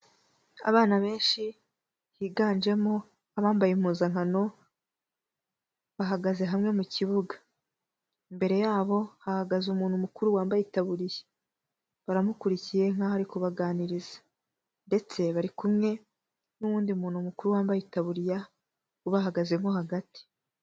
Abana benshi, higanjemo abambaye impuzankano, bahagaze hamwe mu kibuga. Imbere yabo hahagaze umuntu mukuru wambaye itaburiya. Baramukurikiye nk'aho ari kubaganiriza ndetse bari kumwe n'uwundi muntu mukuru wambaye itaburiya, ubahagazemo hagati.